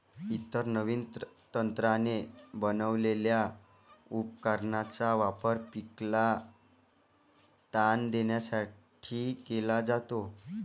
इतर नवीन तंत्राने बनवलेल्या उपकरणांचा वापर पिकाला ताण देण्यासाठी केला जातो